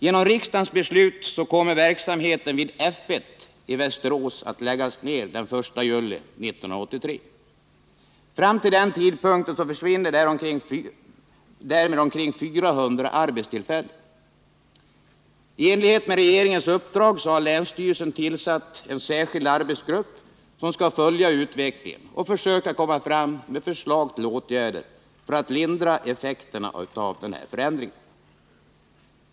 Genom rikdagens beslut kommer verksamheten vid F 1 i Västerås att läggas ner den 1 juli 1983. Fram till denna tidpunkt försvinner därmed omkring 400 arbetstillfällen. I enlighet med regeringens uppdrag har länsstyrelsen tillsatt en särskild arbetsgrupp som skall följa utvecklingen och försöka utarbeta förslag till åtgärder som syftar till att lindra effekterna av förändringen.